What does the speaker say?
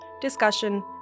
discussion